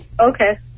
Okay